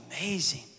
amazing